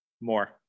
more